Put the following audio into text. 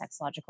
sexological